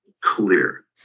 clear